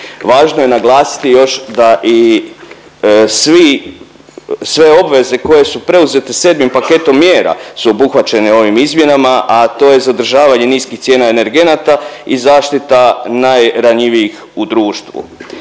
Važno je naglasiti još da i svi, sve obveze koje se preuzete 7 paketom mjera su obuhvaćene ovim izmjenama, a to je zadržavanje niskih cijena energenata i zaštita najranjivijih u društvu.